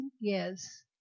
yes